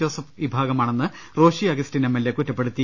Joseph വിഭാഗമാണെന്ന് Roshi Augustine MLA കുറ്റപ്പെടുത്തി